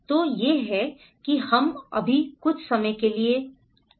तो यह है कि हम अभी कुछ समय के लिए ही गए हैं